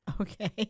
okay